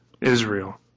Israel